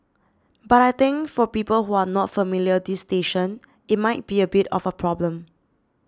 but I think for people who are not familiar this station it might be a bit of a problem